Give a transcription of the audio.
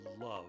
love